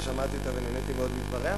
ששמעתי אותה ונהניתי מאוד מדבריה.